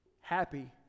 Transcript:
Happy